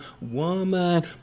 woman